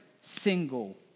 single